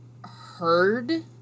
heard